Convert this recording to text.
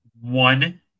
one